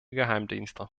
geheimdienste